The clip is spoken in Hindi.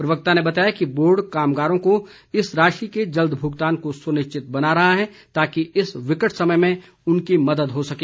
प्रवक्ता ने बताया कि बोर्ड कामगारों को इस राशि के जल्द भुगतान को सुनिश्चित बना रहा है ताकि इस विकट समय में उनकी मदद हो सके